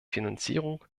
finanzierung